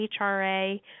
HRA